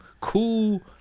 cool